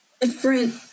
different